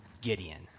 Gideon